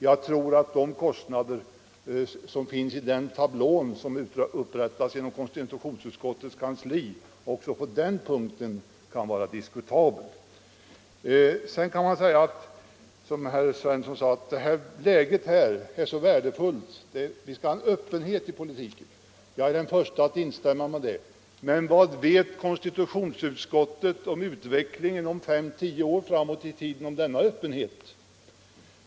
Jag tror att de kostnader som redovisats i den tablå som upprättats inom konstitutionsutskottets kansli också på den punkten kan vara diskutabla. Sedan kan man som herr Svensson i Eskilstuna säga att det här läget är värdefullt och att vi skall ha en öppenhet i politiken. Jag är den förste att instämma med honom i detta. Men vad vet konstitutionsutskottet om utvecklingen när det gäller öppenhet om fem tio år framåt i tiden?